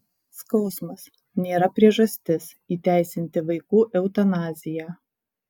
skausmas nėra priežastis įteisinti vaikų eutanaziją